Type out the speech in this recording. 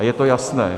A je to jasné.